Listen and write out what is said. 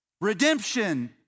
Redemption